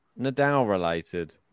Nadal-related